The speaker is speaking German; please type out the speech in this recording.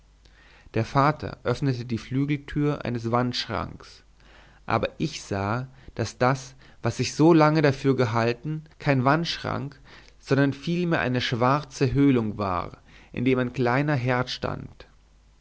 der vater öffnete die flügeltür eines wandschranks aber ich sah daß das was ich solange dafür gehalten kein wandschrank sondern vielmehr eine schwarze höhlung war in der ein kleiner herd stand